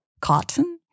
Cotton